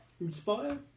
Inspire